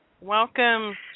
Welcome